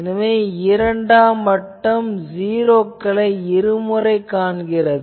எனவே இரண்டாம் வட்டம் ஜீரோக்களை இருமுறை காண்கிறது